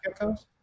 geckos